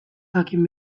jakin